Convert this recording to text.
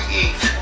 eat